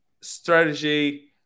strategy